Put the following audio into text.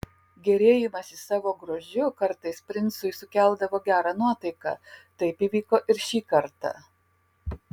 gėrėjimasis savo grožiu kartais princui sukeldavo gerą nuotaiką taip įvyko ir šį kartą